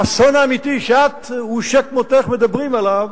והאסון האמיתי שאת ושכמותך מדברים עליו,